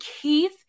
Keith